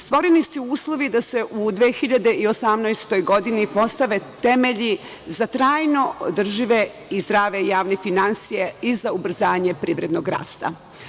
Stvoreni su uslovi da se u 2018. godini postave temelji za trajno održive i zdrave javne finansije i za ubrzanje privrednog rasta.